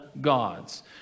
gods